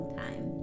time